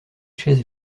chaises